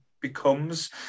becomes